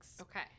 Okay